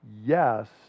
yes